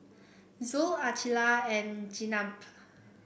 Zul Aqilah and Jenab